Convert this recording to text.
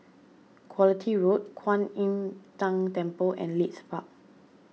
Quality Road Kwan Im Tng Temple and Leith Park